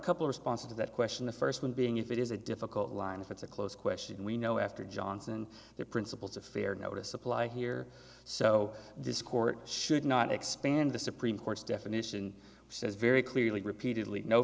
couple response to that question the first one being if it is a difficult line if it's a close question we know after johnson the principles of fair notice apply here so this court should not expand the supreme court's definition says very clearly